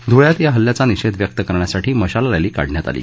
धुळयात या हल्ल्याचा निषेध व्यक् करण्यासाठी मशाल रॅली काढण्यात आली